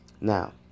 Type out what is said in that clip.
Now